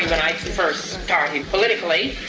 i first started politically.